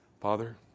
Father